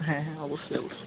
হ্যাঁ হ্যাঁ অবশ্যই অবশ্যই